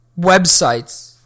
websites